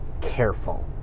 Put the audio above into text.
careful